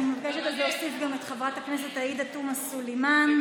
אני מבקשת להוסיף גם את חברת הכנסת עאידה תומא סלימאן,